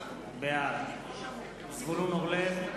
בעד זבולון אורלב,